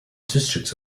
districts